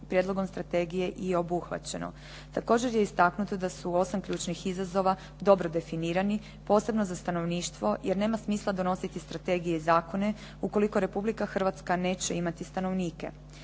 prijedlogom strategije i obuhvaćeno. Također je istaknuto da su 8 ključnih izazova dobro definirani, posebno za stanovništvo, jer nema smisla donositi strategije i zakone ukoliko Republika Hrvatska neće imati stanovnike.